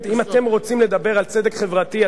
אם אתם רוצים לדבר על צדק חברתי,